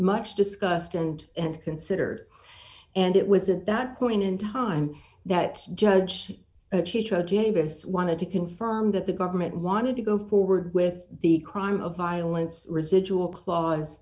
much discussed and and considered and it was at that point in time that judge gave us wanted to confirm that the government wanted to go forward with the crime of violence residual cla